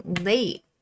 late